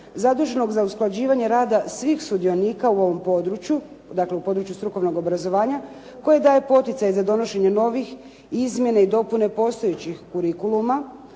zaduženog za usklađivanje rada svih sudionika u ovom području, dakle u području strukovnog obrazovanja koje daje poticaj za donošenje novih izmjene i dopune postojećih kurikuluma,